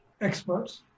experts